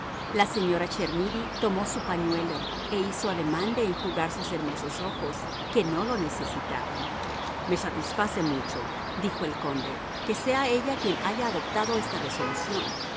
la señora chermidy tomó su pañuelo e hizo ademán de enjugar sus hermosos ojos que no lo necesitaban me satisface mucho dijo el conde que sea ella quien haya adoptado esta resolución